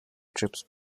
trips